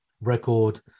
record